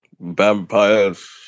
Vampires